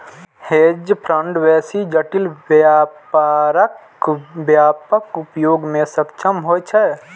hedge fund बेसी जटिल व्यापारक व्यापक उपयोग मे सक्षम होइ छै